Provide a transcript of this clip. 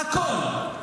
הכול.